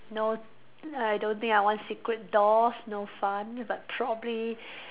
no I don't think I want secret doors no fun but probably